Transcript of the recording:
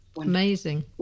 amazing